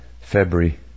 February